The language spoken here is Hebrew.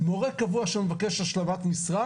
מורה קבוע שמבקש השלמת משרה,